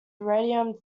radium